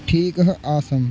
ठीकः आसम्